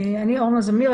אני אורנה זמיר,